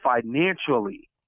financially